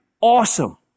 Awesome